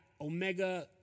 Omega